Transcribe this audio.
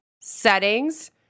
settings